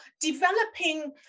developing